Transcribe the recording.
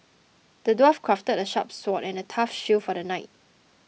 the dwarf crafted a sharp sword and a tough shield for the knight